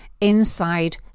inside